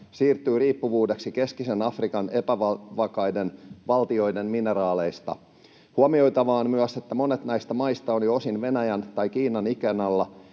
siirtyy riippuvuudeksi keskisen Afrikan epävakaiden valtioiden mineraaleista. Huomioitavaa on myös, että monet näistä maista ovat jo osin Venäjän tai Kiinan ikeen alla